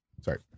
Sorry